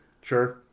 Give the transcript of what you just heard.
Sure